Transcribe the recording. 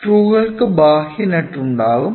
സ്ക്രൂകൾക്ക് ബാഹ്യ നട്ട് ഉണ്ടാകും